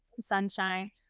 sunshine